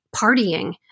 partying